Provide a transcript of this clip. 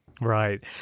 Right